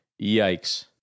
Yikes